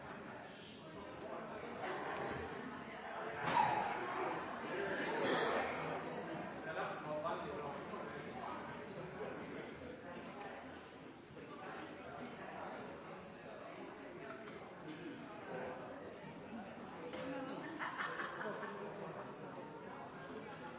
der vi sa